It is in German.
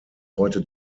heute